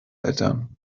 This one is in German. eltern